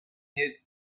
his